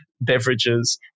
beverages